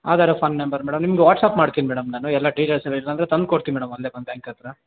ಆಧಾರ phone number madam ನಿಮ್ಗೆ WhatsApp ಮಾಡ್ತೀನಿ madam ನಾನು ಎಲ್ಲ ಡಿಟೇಲ್ಸ ಇಲ್ಲಾಂದರೆ ತಂದ್ಕೊಡ್ತೀನಿ ಮೇಡಮ್ ಅಲ್ಲೇ ಬಂದು ಬ್ಯಾಂಕ್ ಹತ್ರ